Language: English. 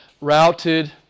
routed